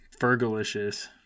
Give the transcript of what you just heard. fergalicious